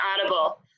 audible